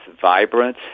vibrant